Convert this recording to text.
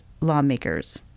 lawmakers